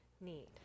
need